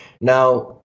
Now